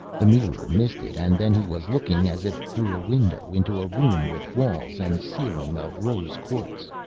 the mirror misted and then he was looking, as if through a window, into a room with walls and ceiling of rose quartz.